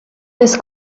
this